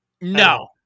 No